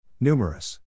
Numerous